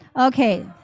Okay